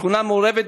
שכונה מעורבת.